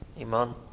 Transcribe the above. Iman